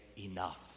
enough